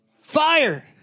fire